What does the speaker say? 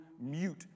mute